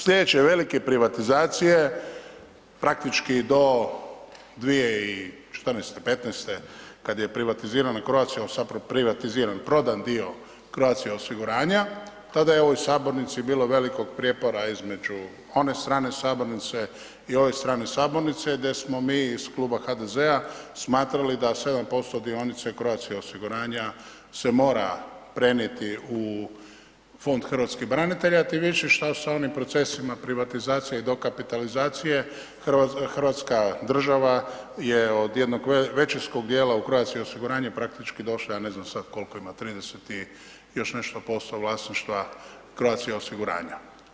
Slijedeća, slijedeće velike privatizacije praktički do 2014.-'15. kad je privatizirana Croatia, evo sad privatiziran, prodan dio Croatia osiguranja, tada je u ovoj sabornici bilo velikog prijepora između one strane sabornice i ove strane sabornice gdje smo mi iz Kluba HDZ-a smatrali da 7% dionica Croatia osiguranja se mora prenijeti u Fond hrvatskih branitelja tim više što se onim procesima privatizacije i dokapitalizacije hrvatska država je od jednog većinskog dijela u Croatia osiguranje praktički došla, ja ne znam sad kolko ima, 30 i još nešto posto vlasništva Croatia osiguranja.